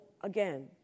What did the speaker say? again